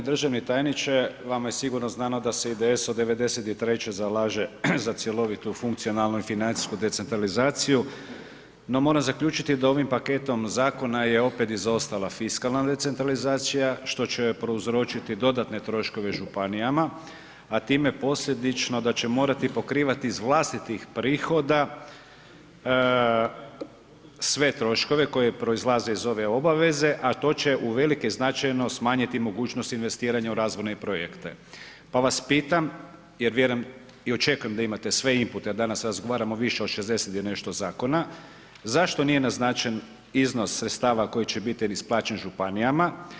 G. državni tajniče, vama je sigurno znano da se IDS od '93. zalaže za cjelovitu, funkcionalnu i financijsku decentralizaciju no moram zaključiti da ovim paketom zakona je opet izostala fiskalna decentralizacija što će prouzročiti dodatne troškove županijama a time posljedično da će morati pokrivati iz vlastitih prihoda sve troškove koji proizlaze iz ove obaveze a to će uvelike značajno smanjiti mogućnost investiranja u razvojne projekte pa vas pitam jer vjerujem i očekujem da imate inpute jer danas razgovaramo o više od 60 i nešto zakona, zašto nije naznačen iznos sredstava koji će biti isplaćen županijama?